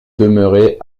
demeurer